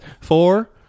four